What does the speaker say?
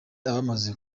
abamaze